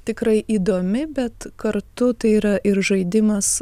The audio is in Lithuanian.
tikrai įdomi bet kartu tai yra ir žaidimas